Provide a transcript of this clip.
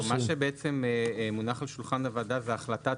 מה שבעצם מונח על שולחן הוועדה זו החלטת